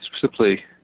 simply